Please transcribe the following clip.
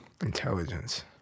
Intelligence